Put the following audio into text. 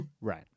Right